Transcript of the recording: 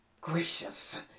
gracious